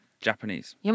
Japanese